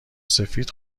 سفید